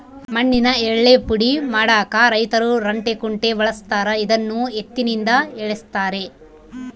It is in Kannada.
ಮಣ್ಣಿನ ಯಳ್ಳೇ ಪುಡಿ ಮಾಡಾಕ ರೈತರು ರಂಟೆ ಕುಂಟೆ ಬಳಸ್ತಾರ ಇದನ್ನು ಎತ್ತಿನಿಂದ ಎಳೆಸ್ತಾರೆ